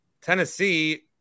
Tennessee